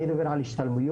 אני מדבר על השתלמויות,